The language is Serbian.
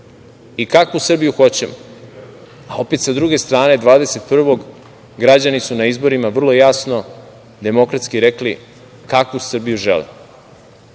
i kakvu Srbiju hoćemo. Opet sa druge strane 21. građani su na izborima vrlo jasno, demokratski rekli kakvu Srbiju žele,